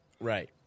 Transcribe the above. Right